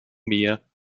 mehr